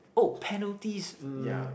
oh penalties mm